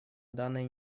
данной